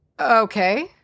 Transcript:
Okay